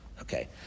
Okay